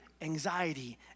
anxiety